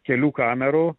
kelių kamerų